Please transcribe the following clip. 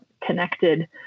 connected